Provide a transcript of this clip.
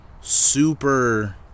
super